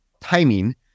timing